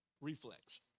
reflex